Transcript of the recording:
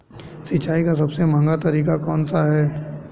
सिंचाई का सबसे महंगा तरीका कौन सा है?